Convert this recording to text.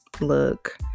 Look